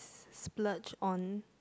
splurge on